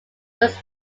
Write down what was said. was